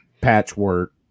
patchwork